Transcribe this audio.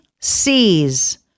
C's